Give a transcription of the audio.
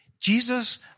Jesus